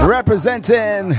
Representing